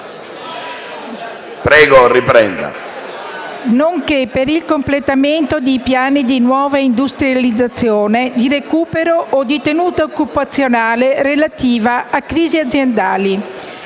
...nonché per il completamento dei piani di nuova industrializzazione, di recupero o di tenuta occupazionale relativi a crisi aziendali.